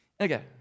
Okay